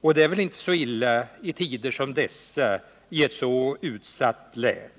Och det är väl inte så illa i tider som dessa i ett så utsatt län?